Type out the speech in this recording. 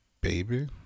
baby